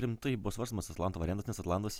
rimtai buvo svarstomas atlanto variantas nes atlantas